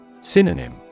Synonym